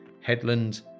Headland